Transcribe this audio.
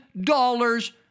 dollars